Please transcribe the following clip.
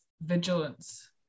vigilance